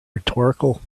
rhetorical